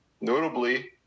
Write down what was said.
notably